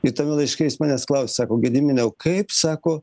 ir tame laiške jis manęs klaus sako gediminai o kaip sako